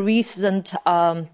recent